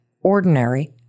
ordinary